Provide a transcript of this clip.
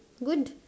good